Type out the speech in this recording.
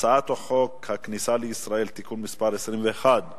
אני קובע שהצעת החוק הגנת השכר (תיקון מס' 27)